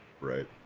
Right